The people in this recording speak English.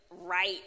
right